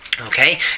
Okay